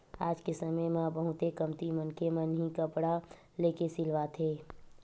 आज के समे म बहुते कमती मनखे मन ही कपड़ा लेके सिलवाथे